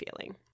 feeling